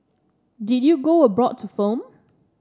did you go abroad to film